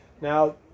now